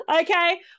Okay